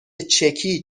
چکی